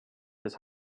his